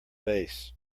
base